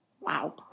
Wow